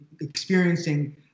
experiencing